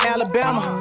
Alabama